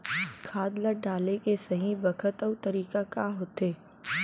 खाद ल डाले के सही बखत अऊ तरीका का होथे?